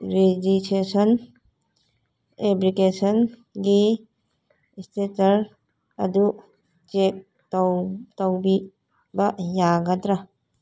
registration ꯑꯦꯄ꯭ꯂꯤꯀꯦꯁꯟꯒꯤ status ꯑꯗꯨ check ꯇꯧꯕꯤꯕ ꯌꯥꯒꯗ꯭ꯔꯥ